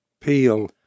peel